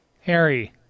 Harry